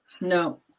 no